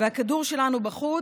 והכדור שלנו בחוץ,